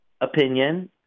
opinion